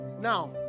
Now